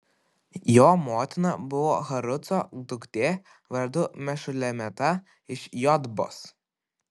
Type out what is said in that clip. jo motina buvo haruco duktė vardu mešulemeta iš jotbos